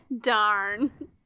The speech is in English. Darn